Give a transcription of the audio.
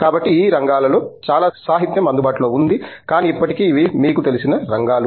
కాబట్టి ఈ రంగాలలో చాలా సాహిత్యం అందుబాటులో ఉంది కానీ ఇప్పటికీ ఇవి మీకు తెలిసిన రంగాలు